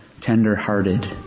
tender-hearted